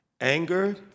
anger